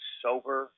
sober